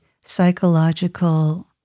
psychological